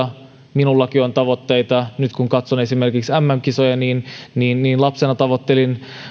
minullakin on tavoitteita nyt kun katson esimerkiksi mm kisoja niin niin lapsena tavoittelin